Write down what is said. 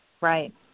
Right